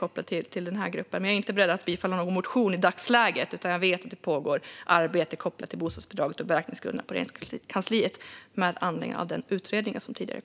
Jag är inte beredd att bifalla någon motion i dagsläget, men jag vet att det pågår arbete på Regeringskansliet kopplat till bostadsbidraget och beräkningsgrunden med anledning av den utredning som kom tidigare.